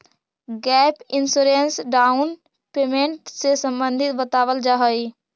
gap insurance down payment से संबंधित बतावल जाऽ हई